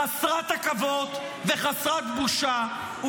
חסרת עקבות וחסרת בושה,